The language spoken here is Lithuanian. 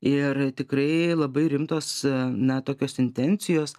ir tikrai labai rimtos na tokios intencijos